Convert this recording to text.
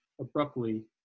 abruptly